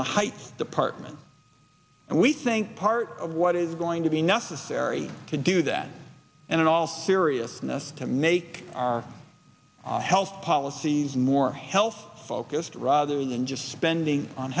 the height department and we think part of what is going to be necessary to do that and in all seriousness to make our health policies more health focused rather than just spending on